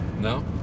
No